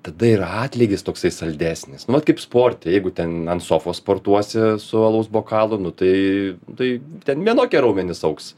tada ir atlygis toksai saldesnis nu vat kaip sporte jeigu ten ant sofos sportuosi su alaus bokalu nu tai tai ten vienokie raumenys augs